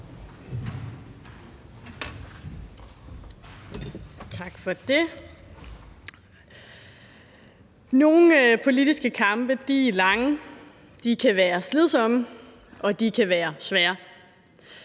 Nogle politiske kampe er lange, de kan være slidsomme, og de kan være svære.